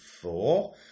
four